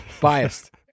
Biased